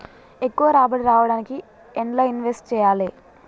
ఎక్కువ రాబడి రావడానికి ఎండ్ల ఇన్వెస్ట్ చేయాలే?